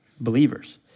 believers